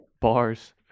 Bars